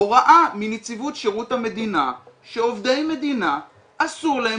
הוראה מנציבות שירות המדינה שעובדי מדינה אסור להם